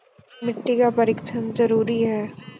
मिट्टी का परिक्षण जरुरी है?